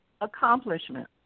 accomplishment